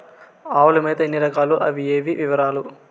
ఆవుల మేత ఎన్ని రకాలు? అవి ఏవి? వివరాలు?